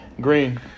Green